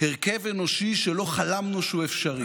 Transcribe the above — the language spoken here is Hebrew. הרכב אנושי שלא חלמנו שהוא אפשרי.